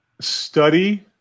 Study